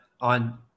on –